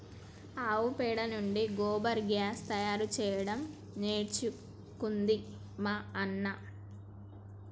ఆవు పెండ నుండి గోబర్ గ్యాస్ తయారు చేయడం నేర్చుకుంది మా అన్న